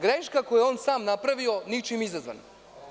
Greška koju on sam napravio ničim izazvana.